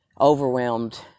overwhelmed